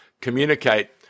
communicate